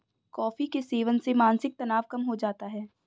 coffee के सेवन से मानसिक तनाव कम हो जाता है